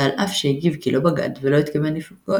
ועל אף שהגיב כי לא בגד ולא התכוון לבגוד,